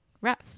rough